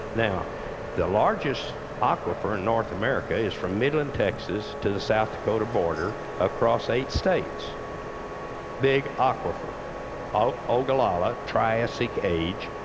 now the largest aquifer in north america is from midland, texas to the south dakota border, across eight states big aquifer ah ogallala, triassic age.